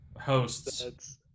hosts